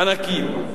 ענקיים.